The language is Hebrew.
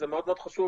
זה מאוד חשוב,